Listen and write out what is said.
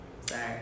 Sorry